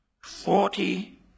Forty